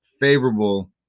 favorable